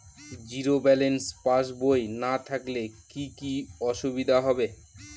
Zero balance পাসবই না থাকলে কি কী অসুবিধা হবে?